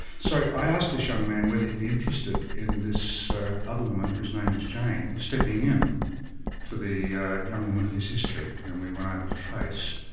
so i asked this young man whether he'd be interested in this other woman, whose name was jane, stepping in for the young woman of his history, whom we were unable to trace.